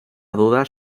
dudas